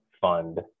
fund